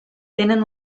tenen